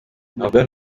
norbert